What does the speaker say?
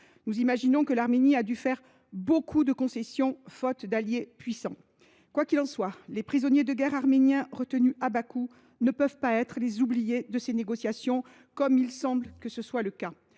nous imaginons que l’Arménie a dû faire de nombreuses concessions. Quoi qu’il en soit, les prisonniers de guerre arméniens retenus à Bakou ne sauraient être les oubliés de ces négociations, comme il semble que ce soit le cas.